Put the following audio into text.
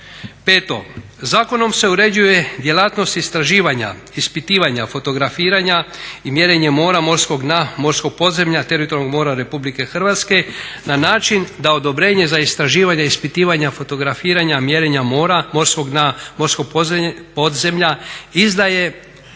Peto. Zakonom se uređuje djelatnost istraživanja, ispitivanja, fotografiranja i mjerenje mora, morskog dna, morskog podzemlja teritorijalnog mora Republike Hrvatske na način da odobrenje za istraživanje ispitivanja fotografiranja mjerenja mora, morskog dna, morskog podzemlja izdaje